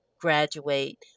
graduate